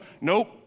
nope